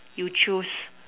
you choose